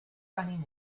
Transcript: running